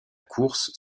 course